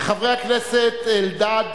חברי הכנסת אלדד,